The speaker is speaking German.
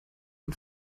den